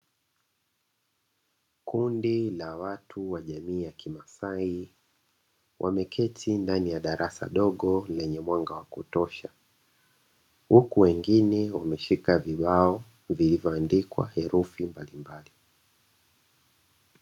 Kundi la watu wa jamii ya kimasai wameketi ndani ya darasa dogo lenye mwanga wa kutosha huku wengine wakiwa wameshika vibao vilivyoandikwa herufi mbalimbali.